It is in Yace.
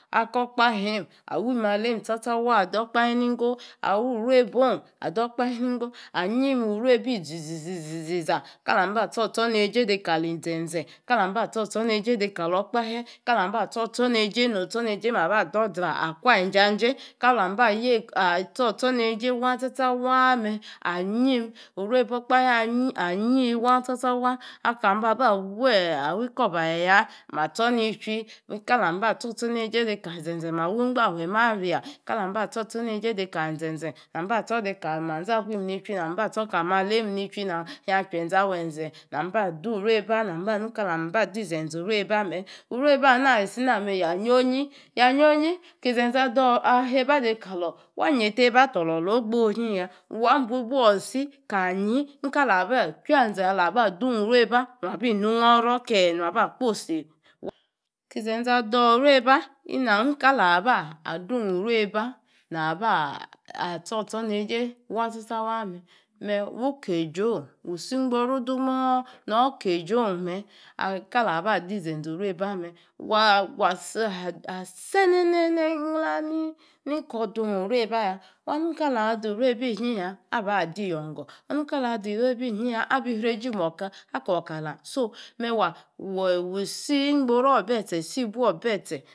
Awu matiem tsa tsa waa' ador okpahe nigo awu urebacun ador okpahe nigo anyim ureba іzіzіzіzа kalam mba atsor otsornajie neijie kali zenze kali mba atsor otsorrajia kalor okpatie, kali mba tsor otsornajie ali otsornajiem aba drawdra alawangijanjie kali mba atsor niejie wan tsa tsa waa mme, ayim ureba okpahe anyi anyi war tsa tsa waa' akam ba baa' wu ikorbaye ya, ma tsor nijuii nkali mba atsor otsor neijie kali zenze ma wu mgbahe ma' ria laali mba atso riejie kali zenze kali mba tsor kali manzablim ni chati chuwi ali mba tsor kali mmaliamm awelize nichuwi, inya ehwenzenali ma' adlies rebaa' ali manukili ma di zenze ure- baas urebaa alisiramme, ya nус ya nyornyi ki zenze ador ahaa'ba de igalor wa nyatie-eba tor lolor ogbonyi ya wa bu-ibiar isi anyi nikali ni quanze ala ba dung wreba nwa bi nu-oro ke nwaba kposi. Ki zenze ador ureba, ina ikala waba adang ureba raba atsor otsornejie waa' tse-tsa wa mme' wu kejieun wusi igboru dimoor nor kejieun mme kazi waba di zenze ireba mme war senene nglaa nikor din ureba ya wa nu kala dair ureba ya aba' adi lyungor kanu kala wa di ureba ingiya abi reji- moka ako laala so, me wa wwsi ingborur sibou betse.